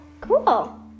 Cool